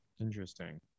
Interesting